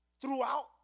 Throughout